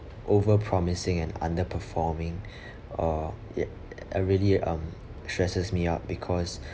over promising and under performing uh ya uh really um stresses me out because